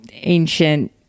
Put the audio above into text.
ancient